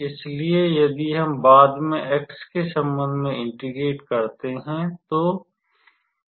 इसलिए यदि हम बाद में x के संबंध में इंटीग्रेट करते हैं